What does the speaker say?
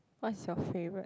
what's your favorite